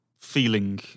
feeling